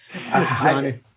Johnny